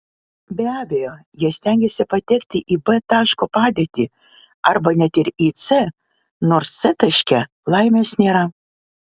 be abejo jie stengiasi patekti į b taško padėtį arba net ir į c nors c taške laimės nėra